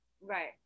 Right